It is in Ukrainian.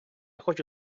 хочу